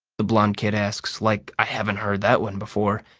the blond kid asks, like i haven't heard that one before.